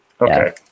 Okay